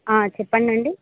చెప్పండి